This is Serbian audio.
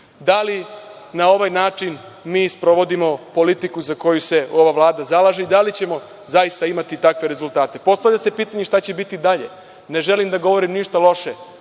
li na ovaj način mi sprovodimo politiku za koju se ova Vlada zalaže i da li ćemo zaista imati takve rezultate? Postavlja se pitanje šta će biti dalje? Ne želim da govorim ništa loše